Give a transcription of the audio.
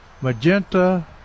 magenta